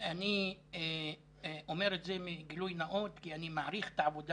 אני אומר את זה כגילוי נאות כי אני מעריך את העבודה